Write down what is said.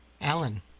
Alan